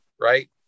right